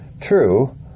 True